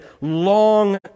long